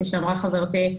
כפי שאמרה חברתי,